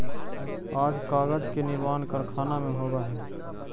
आज कागज के निर्माण कारखाना में होवऽ हई